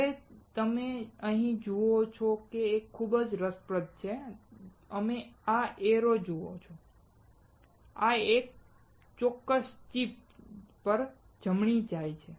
હવે તમે અહીં જે જુઓ છો તે ખૂબ જ રસપ્રદ છે તમે આ એરો જુઓ છો આ એક આ ચોક્કસ ચિપ પર જમણે જાય છે